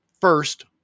first